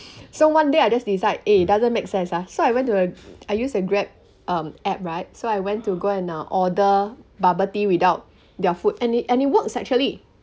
so one day I just decide eh it doesn't make sense ah so I went to uh I use the grab um app right so I went to go and uh order bubble tea without their food and it and it works actually